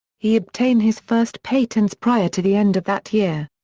he obtained his first patents prior to the end of that year.